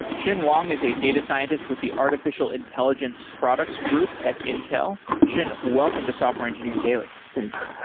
xin wang is a data scientist with the artificial intelligence products group at intel. xin, welcome to software engineering daily thank you.